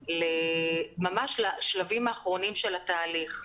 באמת ממש לשלבים האחרונים של התהליך.